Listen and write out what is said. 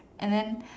and then